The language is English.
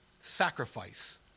Sacrifice